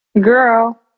girl